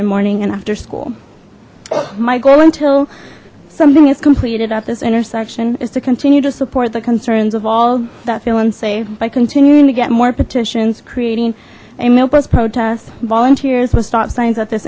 and morning and after school my goal until something is completed at this intersection is to continue to support the concerns of all that feel unsafe by continuing to get more petitions creating a milpas protests volunteers with stop signs at th